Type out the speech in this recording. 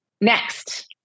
Next